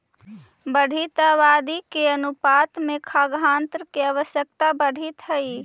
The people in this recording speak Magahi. बढ़ीत आबादी के अनुपात में खाद्यान्न के आवश्यकता बढ़ीत हई